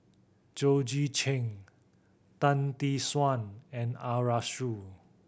Georgette Chen Tan Tee Suan and Arasu